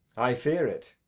i fear it.